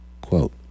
Quote